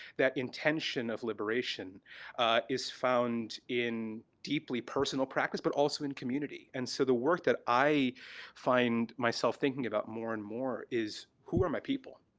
that intention of liberation is found in deeply personal practice, but also in community. and so the work that i find myself thinking about more and more is who are my people,